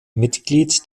mitglied